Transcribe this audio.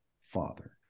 father